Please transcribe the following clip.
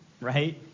Right